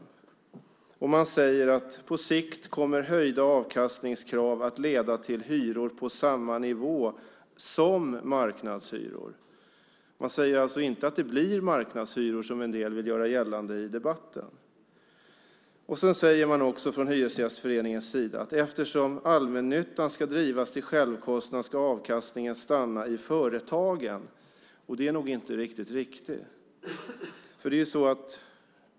Hyresgästföreningen säger att på sikt kommer höjda avkastningskrav att leda till hyror på samma nivå som marknadshyror. Man säger alltså inte att det blir marknadshyror, som en del vill göra gällande i debatten. Sedan säger också Hyresgästföreningen att eftersom allmännyttan ska drivas till självkostnadspris ska avkastningen stanna i företagen, och det är nog inte helt riktigt.